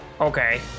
Okay